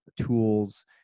tools